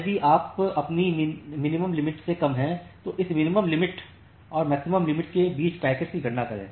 यदि आप अपनी मिनिमम लिमिट से कम है तो इस मिनिमम लिमिट और मैक्सिमम लिमिट के बीच पैकेट्स की गणना करें